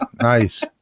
Nice